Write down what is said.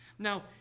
Now